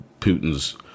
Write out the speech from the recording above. Putin's